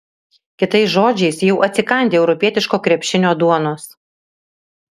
kitais žodžiais jau atsikandę europietiško krepšinio duonos